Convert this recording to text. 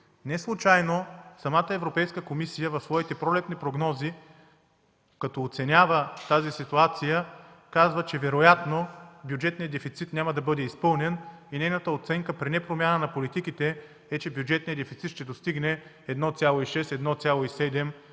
Неслучайно самата Европейска комисия в своите пролетни прогнози, оценявайки тази ситуация, казва, че вероятно бюджетният дефицит няма да бъде изпълнен. Нейната оценка при непромяна на политиките е, че бюджетният дефицит ще достигне 1,6-1,7%